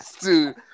Dude